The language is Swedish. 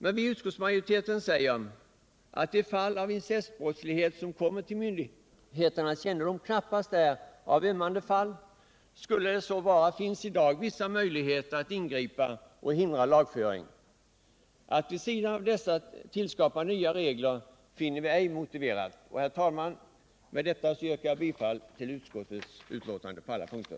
Men vi i utskottsmajoriteten hävdar att de fall av incestbrottslighet som kommer till myndigheternas kännedom knappast är av ömmande karaktär. Skulle så vara, finns i dag vissa möjligheter att ingripa och hindra lagföring. Att vid sidan av dessa möjligheter tillskapa nya regler finner vi ej motiverat. Herr talman! Med detta yrkar jag bifall till utskottets hemställan på alla punkter.